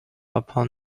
upon